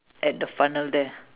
at the funnel there